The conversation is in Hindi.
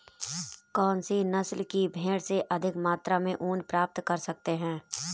कौनसी नस्ल की भेड़ से अधिक मात्रा में ऊन प्राप्त कर सकते हैं?